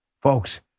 Folks